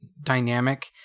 dynamic